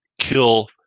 kill